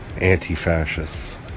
anti-fascists